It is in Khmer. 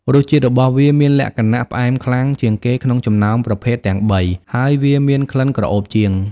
រសជាតិរបស់វាមានលក្ខណៈផ្អែមខ្លាំងជាងគេក្នុងចំណោមប្រភេទទាំងបី ហើយវាមានក្លិនក្រអូបជាង។